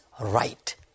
right